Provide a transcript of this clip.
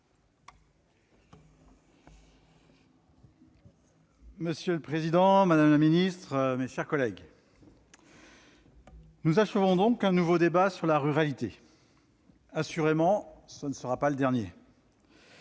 Monsieur le président, madame la ministre, mes chers collègues, nous achevons ce nouveau débat sur la ruralité. Assurément, ce ne sera pas le dernier,